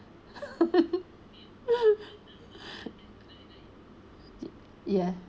yeah